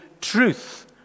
truth